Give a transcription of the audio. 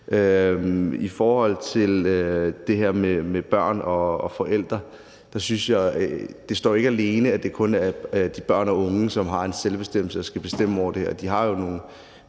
I forhold til det her med børn og forældre vil jeg sige, at det ikke står alene, at det kun er de børn og unge, som har selvbestemmelse og skal bestemme over det.